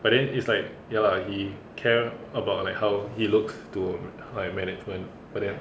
but then is like ya lah he care about like how he looks to like management but then